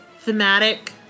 Thematic